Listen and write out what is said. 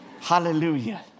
Hallelujah